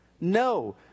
no